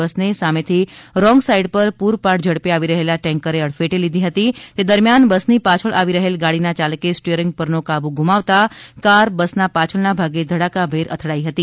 બસને સામેથી wrong side પર પૂરપાટ ઝડપે આવી રહેલા ટેન્કરે અડફેટે લીધી હતી તે દરમ્યાન બસની પાછળ આવી રહેલ ગાડીના ચાલકે સ્ટીયરીંગ પરનો કાબુ ગુમાવતા કાર બસના પાછળના ભાગે ધડાકાભેર અથડાઇ હતી